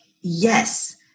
Yes